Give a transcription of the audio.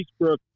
Eastbrook